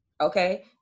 Okay